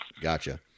Gotcha